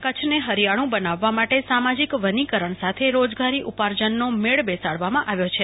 કચ્છ ને હરિયાળું બનાવવા માટે સામાજિક વનીકરણ સાથે રોજગારી ઉપાર્જનનો મેળ બેસાડવા માં આવ્યો છે